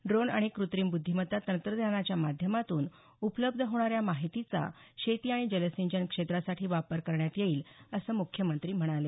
drone आणि क्रेत्रिम बुद्धीमत्ता तंत्रज्ञानाच्या माध्यमातून उपलब्ध होणाऱ्या माहितीचा शेती आणि जलसिंचन क्षेत्रासाठी वापर करण्यात येईल असं मुख्यमंत्री म्हणाले